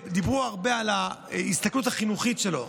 דיברו הרבה על ההסתכלות החינוכית שלו.